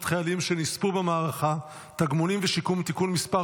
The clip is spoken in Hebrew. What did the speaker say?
חיילים שנספו במערכה (תגמולים ושיקום) (תיקון מס'